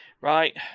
right